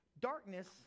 darkness